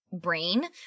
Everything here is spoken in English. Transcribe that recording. brain